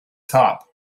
top